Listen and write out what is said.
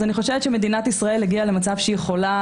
אז אני חושבת שמדינת ישראל הגיעה למצב שהיא יכולה